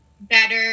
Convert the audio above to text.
better